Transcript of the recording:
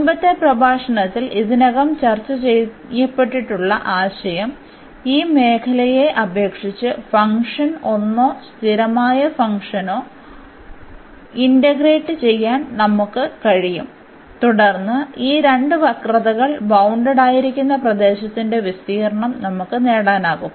മുമ്പത്തെ പ്രഭാഷണത്തിൽ ഇതിനകം ചർച്ച ചെയ്യപ്പെട്ടിട്ടുള്ള ആശയം ഈ മേഖലയെ അപേക്ഷിച്ച് ഫംഗ്ഷൻ ഒന്നോ സ്ഥിരമായ ഫംഗ്ഷനോ 1 ഇന്റഗ്രേറ്റ് ചെയ്യാൻ നമുക്ക് കഴിയും തുടർന്ന് ഈ രണ്ട് വക്രതകൾ ബൌണ്ടഡായിരിക്കുന്ന പ്രദേശത്തിന്റെ വിസ്തീർണ്ണം നമുക്ക് നേടാനാകും